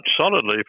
solidly